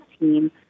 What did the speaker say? team